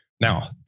Now